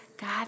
God